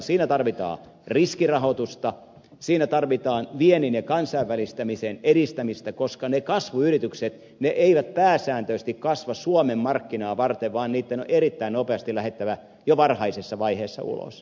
siinä tarvitaan riskirahoitusta siinä tarvitaan viennin ja kansainvälistämisen edistämistä koska ne kasvuyritykset eivät pääsääntöisesti kasva suomen markkinaa varten vaan niitten on erittäin nopeasti lähdettävä jo varhaisessa vaiheessa ulos